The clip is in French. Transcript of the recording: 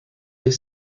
les